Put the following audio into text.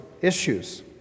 issues